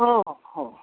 हो हो हो